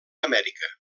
amèrica